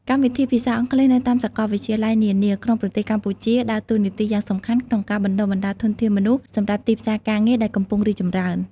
កម្មវិធីភាសាអង់គ្លេសនៅតាមសាកលវិទ្យាល័យនានា ក្នុងប្រទេសកម្ពុជា ដើរតួនាទីយ៉ាងសំខាន់ក្នុងការបណ្តុះបណ្តាលធនធានមនុស្សសម្រាប់ទីផ្សារការងារដែលកំពុងរីកចម្រើន។